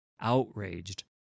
Outraged